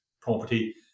property